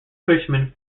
cushman